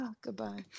Goodbye